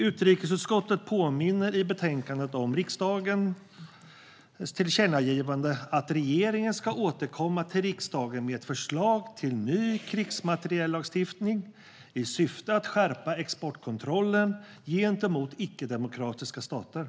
Utrikesutskottet påminner i betänkandet om riksdagens tillkännagivande att regeringen ska återkomma till riksdagen med ett förslag till ny krigsmateriellagstiftning i syfte att skärpa exportkontrollen gentemot icke-demokratiska stater.